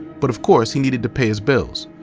but of course he needed to pay his bills.